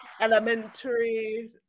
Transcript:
Elementary